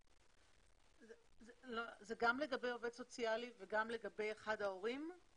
זה גם לגבי עובדת סוציאלית וגם לגבי אחד ההורים?